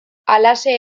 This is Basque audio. halaxe